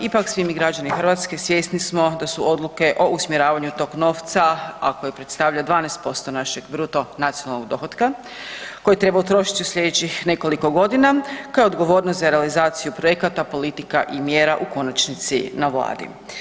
Ipak svi mi građani Hrvatske svjesni smo da su odluke o usmjeravanju tog novca, a koje predstavlja 12% našeg BND-a koje treba utrošiti u sljedećih nekoliko godina, kao i odgovornost za realizaciju projekata politika i mjera u konačnici na Vladi.